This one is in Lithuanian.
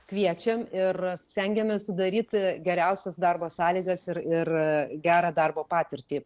kviečiam ir stengiamės sudaryti geriausias darbo sąlygas ir ir gerą darbo patirtį